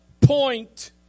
point